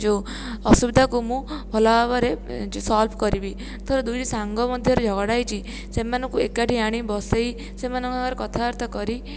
ଯେଉଁ ଅସୁବିଧାକୁ ମୁଁ ଭଲଭାବରେ ସଲ୍ଭ କରିବି ଧର ଦୁଇଟି ସାଙ୍ଗ ମଧ୍ୟରେ ଝଗଡ଼ା ହୋଇଛି ସେମାନଙ୍କୁ ଏକାଠି ଆଣି ବସାଇ ସେମାନଙ୍କ ସାଙ୍ଗରେ କଥାବାର୍ତ୍ତା କରି